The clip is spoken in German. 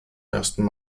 ersten